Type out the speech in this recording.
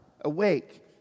awake